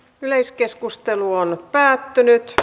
yleiskeskustelu päättyi